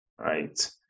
Right